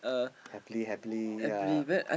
happily happily yeah